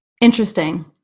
Interesting